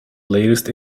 latest